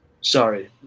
sorry